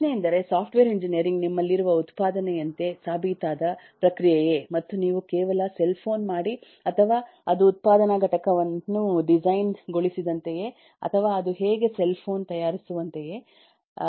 ಪ್ರಶ್ನೆಯೆಂದರೆ software engineering ನಿಮ್ಮಲ್ಲಿರುವ ಉತ್ಪಾದನೆಯಂತೆ ಸಾಬೀತಾದ ಪ್ರಕ್ರಿಯೆಯೇ ಮತ್ತು ನೀವು ಕೇವಲ ಸೆಲ್ ಫೋನ್ ಮಾಡಿ ಅಥವಾ ಅದು ಉತ್ಪಾದನಾ ಘಟಕವನ್ನು ಡಿಸೈನ್ ಗೊಳಿಸಿದಂತೆಯೇ ಅಥವಾ ಹಾಗೆ ಸೆಲ್ ಫೋನ್ ತಯಾರಿಸುವಂತೆಯೇ